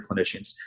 clinicians